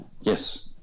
yes